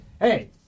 hey